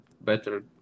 better